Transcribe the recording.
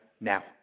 now